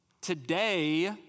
today